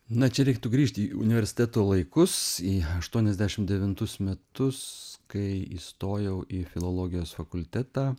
na čia reiktų grįžti į universiteto laikus į aštuoniasdešim devintus metus kai įstojau į filologijos fakultetą